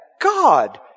God